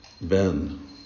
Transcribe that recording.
Ben